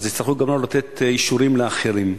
אז יצטרכו גם לא לתת אישורים לאחרים.